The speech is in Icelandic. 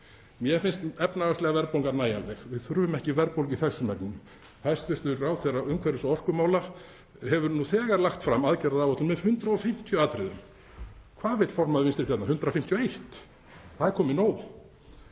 Mér finnst efnahagslega verðbólgan nægjanleg. Við þurfum ekki verðbólgu í þessum efnum. Hæstv. ráðherra umhverfis- og orkumála hefur nú þegar lagt fram aðgerðaáætlun með 150 atriðum. Hvað vill formaður Vinstri grænna? 151? Það er komið nóg.